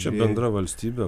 čia bendra valstybė